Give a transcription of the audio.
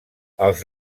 els